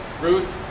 Ruth